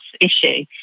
issue